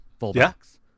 fullbacks